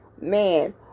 man